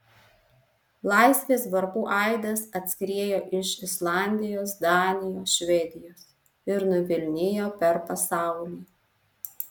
laisvės varpų aidas atskriejo iš islandijos danijos švedijos ir nuvilnijo per pasaulį